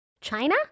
China